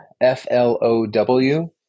F-L-O-W